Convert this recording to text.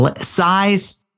Size